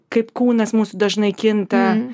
kaip kūnas mūsų dažnai kinta